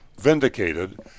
vindicated